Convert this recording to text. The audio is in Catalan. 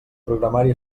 programari